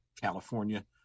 California –